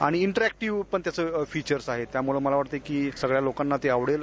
आणि इंटरऍक्टीव त्याचे फिचर्स आहेत त्यामुळे मला असं वाटतं की सगळ्या लोकांना ते आवडेल